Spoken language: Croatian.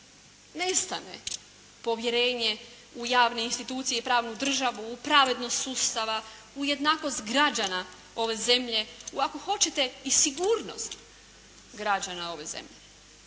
nestane povjerenje u javne institucije i pravnu državu, u pravednost sustava, u jednakost građana ove zemlje, u ako hoćete i sigurnost građana ove zemlje.